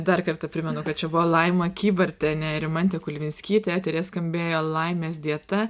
dar kartą primenu kad čia buvo laima kybartienė ir rimantė kulvinskytė eteryje skambėjo laimės dieta